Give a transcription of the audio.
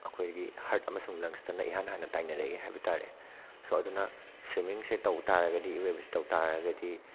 ꯑꯩꯈꯣꯏꯒꯤ ꯍꯥꯔꯠ ꯑꯃꯁꯨꯡ ꯂꯪꯁꯇꯅ ꯏꯍꯥꯟ ꯍꯥꯟꯅ ꯇꯥꯏꯅꯔꯛꯑꯦ ꯍꯥꯏꯕ ꯇꯥꯔꯦ ꯁꯣ ꯑꯗꯨꯅ ꯁ꯭ꯋꯤꯃꯤꯡꯁꯦ ꯇꯧꯇꯥꯔꯒꯗꯤ ꯏꯔꯣꯏꯕꯁꯦ ꯇꯧꯇꯥꯔꯒꯗꯤ